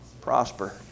Prosper